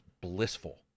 blissful